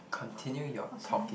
continue your talking